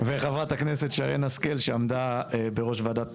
וחברת הכנסת שרן השכל שעמדה בראש ועדת